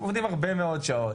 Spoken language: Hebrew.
הם עובדים הרבה מאוד שעות.